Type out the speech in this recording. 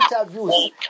interviews